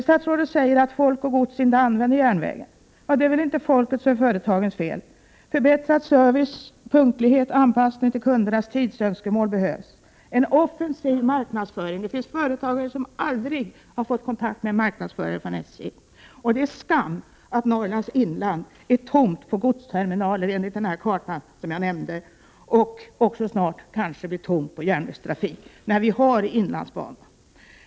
Statsrådet säger att folk och gods inte använder järnvägen. Det är väl inte folkets och företagens fel! Förbättrad service, punktlighet, anpassning till kundernas tidsönskemål behövs. Och det behövs en offensiv marknadsföring. Det finns företag som aldrig har fått kontakt med en marknadsförare från SJ. Det är skam att Norrlands inland är tomt på godsterminaler enligt den karta jag nämnde och också snart kanske blir tomt på järnvägstrafik — när vi har inlandsbanan.